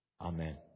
Amen